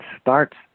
starts